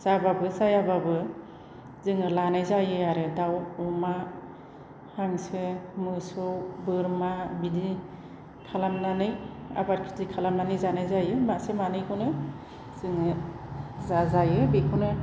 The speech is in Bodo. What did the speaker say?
जाब्लाबो जायाब्लाबो जोङो लानाय जायो आरो दाउ अमा हांसो मोसौ बोरमा बिदि खालामनानै आबाद खेथि खालामनानै जानाय जायो मासे मानैखौनो जोङो जा जायो बेखौनो